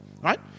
Right